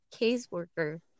caseworker